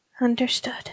understood